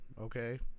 okay